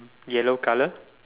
yellow colour